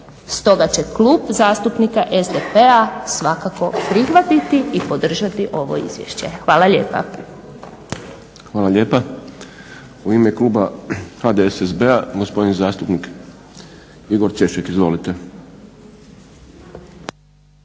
Stoga će Klub zastupnika SDP-a svakako prihvatiti i podržati ovo Izvješće. Hvala lijepa. **Šprem, Boris (SDP)** Hvala lijepa. U ime kluba HDSSB-a gospodin zastupnik Igor Češek. Izvolite.